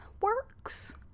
works